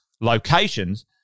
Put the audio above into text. locations